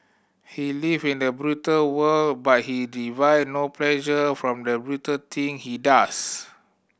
he live in a brutal world but he derive no pleasure from the brutal thing he does